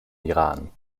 iran